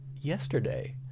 yesterday